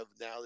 now